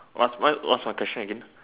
what's what what's my question again